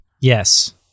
Yes